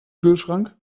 kühlschrank